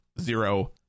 zero